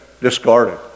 discarded